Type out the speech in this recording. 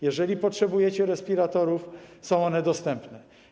Jeżeli potrzebujecie respiratorów, to są one dostępne.